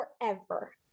forever